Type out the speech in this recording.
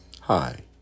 Hi